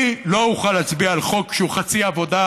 אני לא אוכל להצביע על חוק שהוא חצי עבודה,